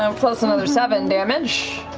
um plus another seven damage.